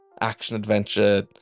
action-adventure